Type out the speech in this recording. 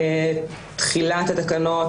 תחילת התקנות,